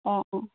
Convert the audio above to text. अ अ